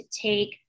take